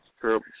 True